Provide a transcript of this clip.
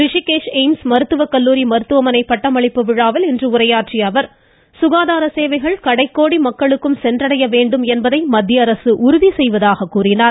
Rishikesh AIIMS மருத்துவக்கல்லூரி மருத்துவமனை பட்டமளிப்பு விழாவில் இன்று உரையாற்றிய அவர் சுகாதார சேவைகள் கடைக்கோடி மக்களுக்கும் சென்றடைய வேண்டும் என்பதை மத்திய அரசு உறுதி செய்வதாக கூறினார்